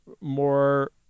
more